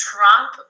Trump